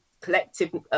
collective